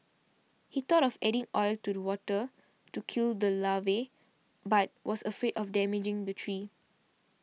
he thought of adding oil to the water to kill the larvae but was afraid of damaging the tree